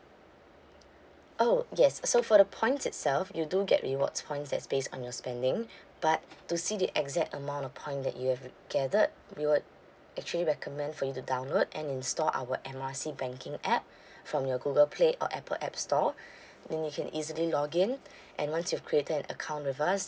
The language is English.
oh yes so for the points itself you do get rewards points that's based on your spending but to see the exact amount of point that you have gathered we would actually recommend for you to download and install our M R C banking app from your google play or apple app store then you can easily log in and once you've created an account with us